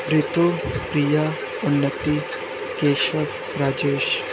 Ritu Priya Unnati Keshav Rajesh